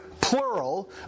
plural